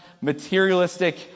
materialistic